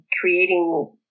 creating